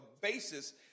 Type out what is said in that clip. basis